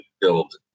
build